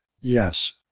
yes